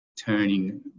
turning